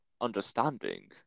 understanding